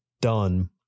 done